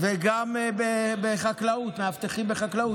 כן, וגם מאבטחים בחקלאות.